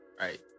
right